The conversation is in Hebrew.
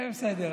כן, בסדר.